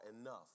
enough